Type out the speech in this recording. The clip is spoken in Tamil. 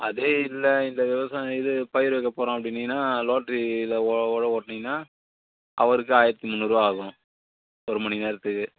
அதே இல்லை இந்த விவசாயம் இது பயிர் வைக்க போகிறோம் அப்படின்னீங்கன்னா லோட்ரியில் ஒ உழவு ஓட்டினீங்கன்னா அவருக்கு ஆயிரத்து முந்நூறுரூவா ஆகும் ஒரு மணி நேரத்துக்கு